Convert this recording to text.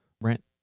Brent